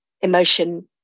emotion